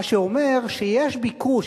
מה שאומר שיש ביקוש,